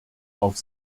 auf